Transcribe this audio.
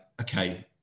okay